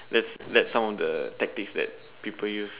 that's that's some of the tactics that people use